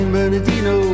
Bernardino